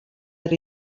ers